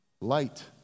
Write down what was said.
Light